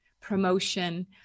promotion